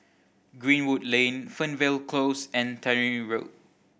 Greenwood Lane Fernvale Close and Tannery Road